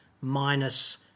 minus